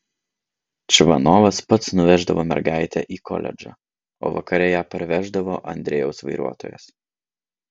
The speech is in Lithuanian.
čvanovas pats nuveždavo mergaitę į koledžą o vakare ją parveždavo andrejaus vairuotojas